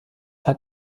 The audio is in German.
hat